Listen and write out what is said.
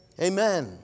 Amen